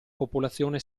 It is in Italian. popolazione